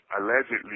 allegedly